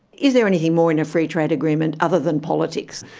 is there anything more in a free trade agreement other than politics?